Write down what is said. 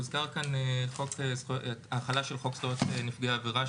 הוזכר כאן עניין ההחלה של חוק זכויות נפגעי עבירה,